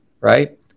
right